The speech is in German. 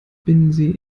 binnensee